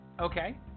Okay